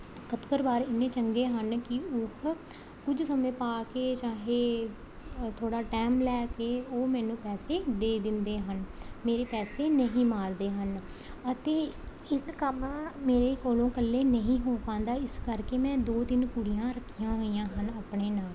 ਖਤਪਰਵਾਰ ਇੰਨੇ ਚੰਗੇ ਹਨ ਕਿ ਉਹ ਕੁਝ ਸਮੇਂ ਪਾ ਕੇ ਚਾਹੇ ਥੋੜ੍ਹਾ ਟਾਈਮ ਲੈ ਕੇ ਉਹ ਮੈਨੂੰ ਪੈਸੇ ਦੇ ਦਿੰਦੇ ਹਨ ਮੇਰੇ ਪੈਸੇ ਨਹੀਂ ਮਾਰਦੇ ਹਨ ਅਤੇ ਇਸ ਕੰਮ ਮੇਰੇ ਕੋਲੋਂ ਇਕੱਲੇ ਨਹੀਂ ਹੋ ਪਾਉਂਦਾ ਇਸ ਕਰਕੇ ਮੈਂ ਦੋ ਤਿੰਨ ਕੁੜੀਆਂ ਰੱਖੀਆਂ ਹੋਈਆਂ ਹਨ ਆਪਣੇ ਨਾਲ